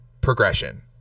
progression